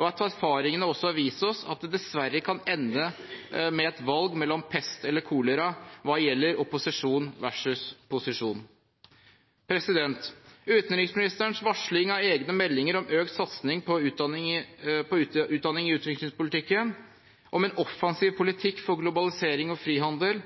og at erfaringene også har vist oss at det dessverre kan ende med et valg mellom pest eller kolera når gjelder opposisjon versus posisjon. Utenriksministeres varsling av egne meldinger om økt satsing på utdanning i utviklingspolitikken, om en offensiv politikk for globalisering og frihandel,